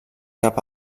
cap